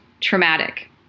traumatic